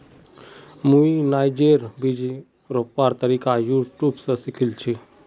मुई नाइजरेर बीजक रोपवार तरीका यूट्यूब स सीखिल छि